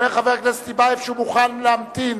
אומר חבר הכנסת טיבייב שהוא מוכן להמתין